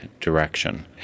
direction